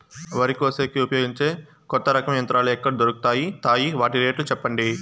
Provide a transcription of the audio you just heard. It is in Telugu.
వరి కోసేకి ఉపయోగించే కొత్త రకం యంత్రాలు ఎక్కడ దొరుకుతాయి తాయి? వాటి రేట్లు చెప్పండి?